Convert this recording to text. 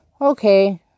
okay